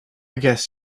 guess